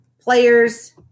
players